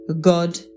God